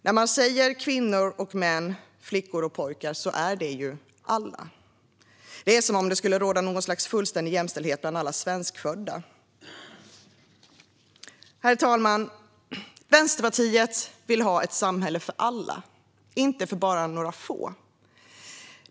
När man säger "kvinnor och män, flickor och pojkar" innefattar det alla. Det är som om det skulle råda fullständig jämställdhet bland alla svenskfödda. Herr talman! Vänsterpartiet vill ha ett samhälle för alla, inte för bara några få.